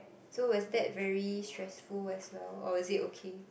so was that very stressful as well or is it okay